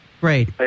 Great